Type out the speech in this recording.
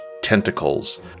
Tentacles